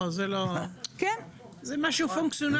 לא, זה לא, זה משהו פונקציונלי.